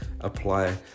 apply